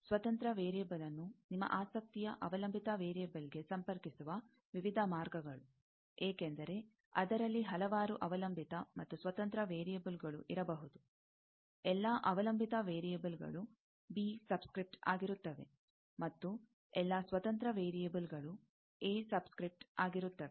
ಸ್ವತಂತ್ರ ವೇರಿಯೆಬಲ್ ನ್ನು ನಿಮ್ಮ ಆಸಕ್ತಿಯ ಅವಲಂಬಿತ ವೇರಿಯೆಬಲ್ಗೆ ಸಂಪರ್ಕಿಸುವ ವಿವಿಧ ಮಾರ್ಗಗಳು ಏಕೆಂದರೆ ಅದರಲ್ಲಿ ಹಲವಾರು ಅವಲಂಬಿತ ಮತ್ತು ಸ್ವತಂತ್ರ ವೇರಿಯೆಬಲ್ಗಳು ಇರಬಹುದು ಎಲ್ಲಾ ಅವಲಂಬಿತ ವೇರಿಯೆಬಲ್ಗಳು ಬಿ ಸಬ್ ಸ್ಕ್ರಿಪ್ಟ್ ಆಗಿರುತ್ತವೆ ಮತ್ತು ಎಲ್ಲಾ ಸ್ವತಂತ್ರ ವೇರಿಯೆಬಲ್ಗಳು ಎ ಸಬ್ ಸ್ಕ್ರಿಪ್ಟ್ ಆಗಿರುತ್ತವೆ